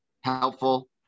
helpful